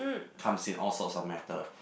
comes in all sorts of matter